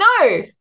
no